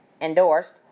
endorsed